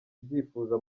ubyifuza